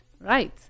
right